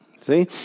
See